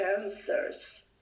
answers